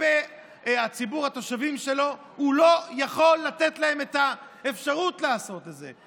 כלפי ציבור התושבים שלו לא יכול לתת להם את האפשרות לעשות את זה.